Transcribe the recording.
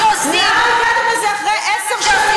לכן, יש לו ביקורת.